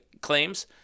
claims